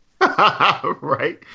Right